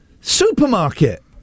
supermarket